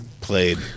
played